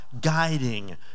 guiding